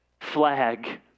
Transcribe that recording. flag